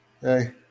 Hey